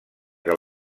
que